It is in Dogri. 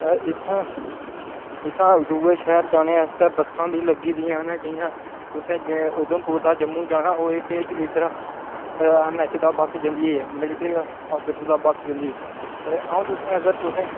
इत्थै इत्थूं दूऐ शैह्र जानै आस्तै बस्सां बी लग्गी दियां न जि'यां तुसें उधमपुर दा जम्मू जाना होऐ ते इद्धरा एमएच दा बस्स जंदी ऐ मिलट्री हास्पिटल दा बस्स जंदी ऐ अ'ऊं तुसें अगर तुसें